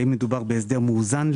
האם מדובר בהסדר מאוזן?